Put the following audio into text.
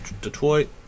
Detroit